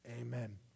amen